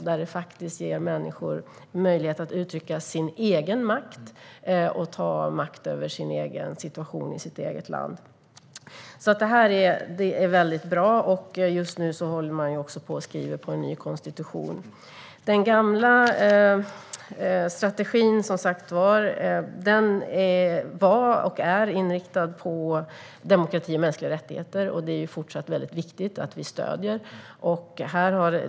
Det ger faktiskt människor möjlighet att uttrycka sin egen makt och att ta makt över sin egen situation i sitt eget land. Det är väldigt bra. Just nu håller man också på och skriver en ny konstitution. Den gamla strategin var och är, som sagt, inriktad på demokrati och mänskliga rättigheter. Det är fortsatt viktigt att vi stöder det.